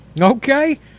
Okay